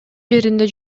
жеринде